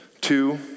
Two